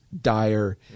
dire